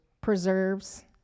Preserves